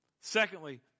Secondly